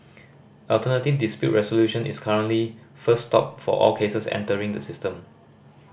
alternative dispute resolution is currently first stop for all cases entering the system